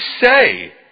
say